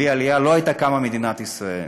בלי עלייה לא הייתה קמה מדינת ישראל.